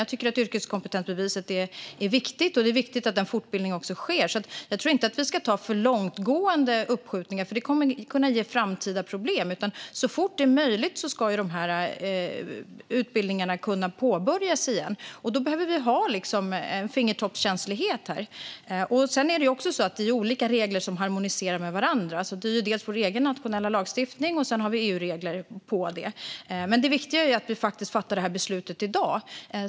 Jag tycker att yrkeskompetensbeviset är viktigt, och det är också viktigt att en fortbildning sker. Men jag tror inte att vi ska ha för långtgående undantag, för det kommer att kunna ge framtida problem. Så fort som det är möjligt ska de här utbildningarna kunna påbörjas igen, och då behöver vi ha en fingertoppskänslighet. Sedan är det olika regler som harmoniserar med varandra: dels vår egen nationella lagstiftning, dels EU-regler. Det viktiga är att vi fattar det här beslutet i dag.